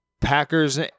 Packers